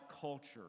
culture